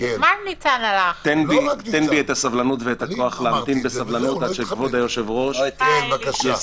תן בי את הסבלנות ואת הכוח להמתין בסבלנות עד שכבוד היושב-ראש יסיים,